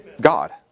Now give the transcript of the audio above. God